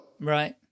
Right